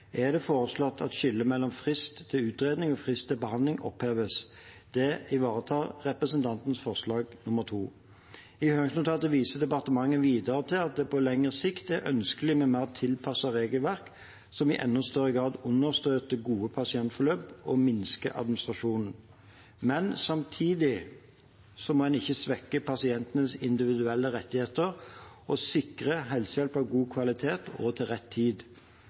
er det foreslått at skillet mellom frist til utredning og frist til behandling oppheves. Det ivaretar forslag nr. 3. I høringsnotatet viser departementet videre til at det på lengre sikt er ønskelig med et mer tilpasset regelverk, som i enda større grad understøtter gode pasientforløp og minsker administrasjonen. Samtidig må en ikke svekke pasientenes individuelle rettigheter, og en må sikre helsehjelp av god kvalitet til rett tid.